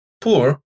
poor